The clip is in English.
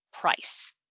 price